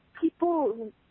People